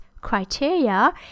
criteria